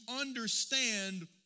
understand